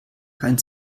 kein